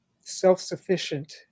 self-sufficient